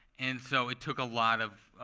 and so it took a lot of